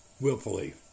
willfully